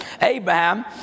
Abraham